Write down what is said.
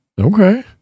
okay